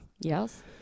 Yes